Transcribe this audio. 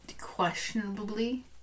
questionably